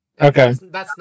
Okay